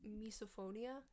misophonia